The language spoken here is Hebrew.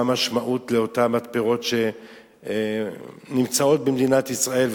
מה המשמעות לאותן מתפרות שנמצאות במדינת ישראל,